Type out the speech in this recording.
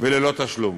וללא תשלום.